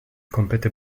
komplette